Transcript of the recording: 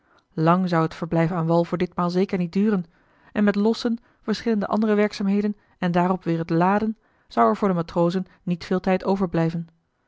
lang zou het verblijf aan wal voor ditmaal zeker niet duren en met lossen verschillende andere werkzaamheden en daarop weer het laden zou er voor de matrozen niet veel tijd overblijven